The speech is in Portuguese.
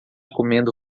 comendo